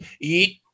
eat